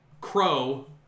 crow